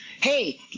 hey